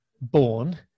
born